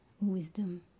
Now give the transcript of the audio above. wisdom